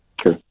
Sure